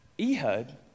Ehud